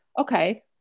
Okay